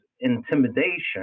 intimidation